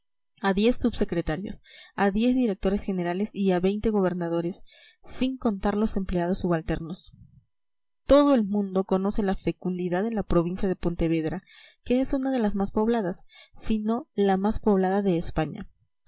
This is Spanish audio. a diez subsecretarios a diez directores generales y a veinte gobernadores sin contar los empleados subalternos todo el mundo conoce la fecundidad de la provincia de pontevedra que es una de las más pobladas si no la más poblada de españa